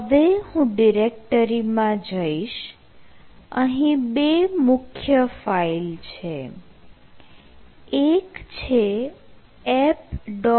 હવે હું ડિરેક્ટરીમાં જઈશ અહીં બે મુખ્ય files છે એક છે app